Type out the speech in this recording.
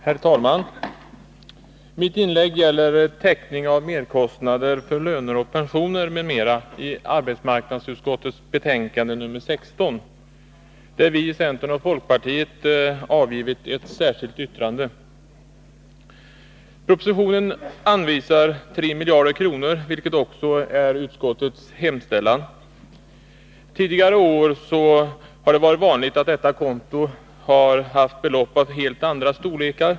Herr talman! Mitt inlägg gäller täckning av merkostnader för löner och pensioner m.m. som tas upp i arbetsmarknadsutskottets betänkande nr 16, till vilket vi i centern tillsammans med folkpartiet har avgivit ett särskilt yttrande. Propositionen anvisar 3 miljarder kronor, vilket också är utskottets hemställan. Tidigare år har det varit vanligt att detta konto har haft belopp av en helt annan storleksordning.